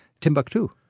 Timbuktu